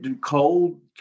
Cold